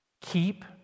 Keep